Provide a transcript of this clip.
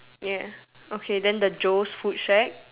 ya okay then the Joe's food shack